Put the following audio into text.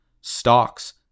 Stocks